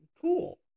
cool